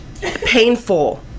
Painful